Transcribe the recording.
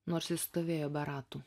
nors jis stovėjo be ratų